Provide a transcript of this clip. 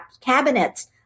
cabinets